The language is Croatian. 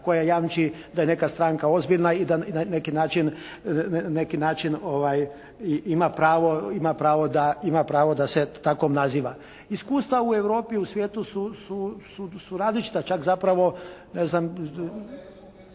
koja jamči da je neka stranka ozbiljna i da na neki način ima pravo da se eto takvom naziva. Iskustva u Europi, u svijetu su različita. Čak zapravo